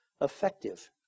effective